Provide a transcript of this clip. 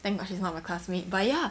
thank god she's not my classmate but ya